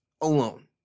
alone